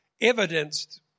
evidenced